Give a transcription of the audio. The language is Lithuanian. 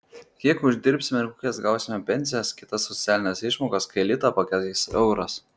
kiek uždirbsime ir kokias gausime pensijas kitas socialines išmokas kai litą pakeis euras